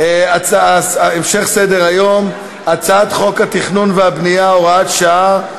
המשך סדר-היום: הצעת חוק התכנון והבנייה (הוראת שעה),